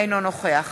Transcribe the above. אינו נוכח